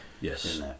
Yes